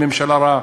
היא ממשלה רעה,